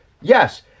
Yes